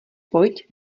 pojď